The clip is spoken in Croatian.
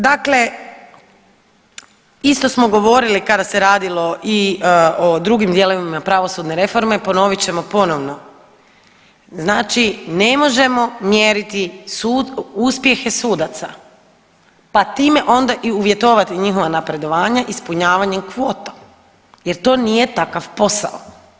Dakle, isto smo govorili kada se radilo i o drugim dijelovima pravosudne reforme, ponovit ćemo ponovno znači ne možemo mjeriti sud, uspjehe sudaca pa time onda i uvjetovati njihovo napredovanje ispunjavanjem kvota jer to nije takav posao.